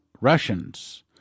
Russians